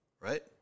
right